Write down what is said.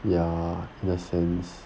ya in a sense